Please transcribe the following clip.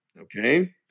Okay